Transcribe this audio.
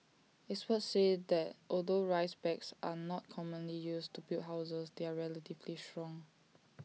experts say that although rice bags are not commonly used to build houses they are relatively strong